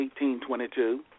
1822